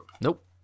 Nope